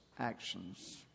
Actions